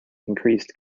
increased